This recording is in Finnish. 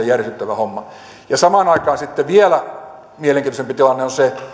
järisyttävä homma samaan aikaan sitten vielä mielenkiintoisempi tilanne on se